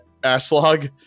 Ashlog